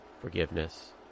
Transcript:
forgiveness